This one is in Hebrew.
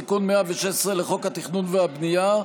תיקון 116 לחוק התכנון והבנייה,